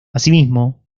asimismo